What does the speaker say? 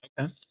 Okay